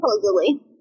Supposedly